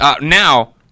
Now